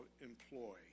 employ